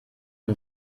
ein